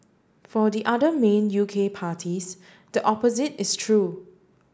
for the other main U K parties the opposite is true